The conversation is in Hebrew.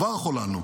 כבר חוללנו,